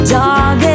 dog